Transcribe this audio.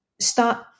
start